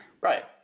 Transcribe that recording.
right